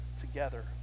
together